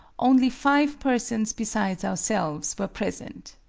only five persons besides ourselves were present.